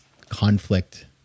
conflict